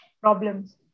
problems